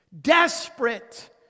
desperate